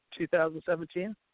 2017